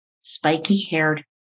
spiky-haired